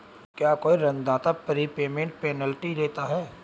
क्या कोई ऋणदाता प्रीपेमेंट पेनल्टी लेता है?